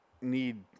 need